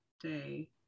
day